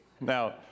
Now